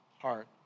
heart